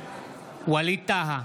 ווליד טאהא,